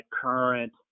current